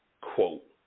quote